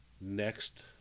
Next